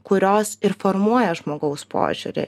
kurios ir formuoja žmogaus požiūrį